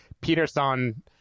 Peterson